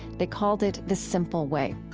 they called it the simple way.